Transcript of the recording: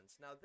Now